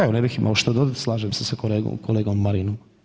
Evo ne bih imao šta dodat, slažem se sa kolegom Marinom.